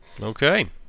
Okay